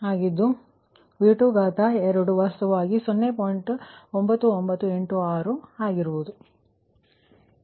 ಆದ್ದರಿಂದ V22 ವಾಸ್ತವವಾಗಿ ಒಂದು ಕೋನ ಮೈನಸ್ 3 ಡಿಗ್ರಿ ಪ್ರಮಾಣವನ್ನು ಮತ್ತೆ ನಿವಾರಿಸಲಾಗಿದೆ ಆದರೆ ಎಲ್ಲಾ ಕೋನವು ಬದಲಾಗುತ್ತಿದೆ